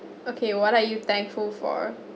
okay what are you thankful for